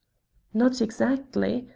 not exactly.